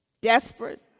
desperate